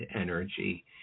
energy